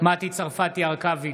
מטי צרפתי הרכבי,